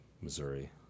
Missouri